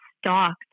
Stalked